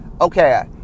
okay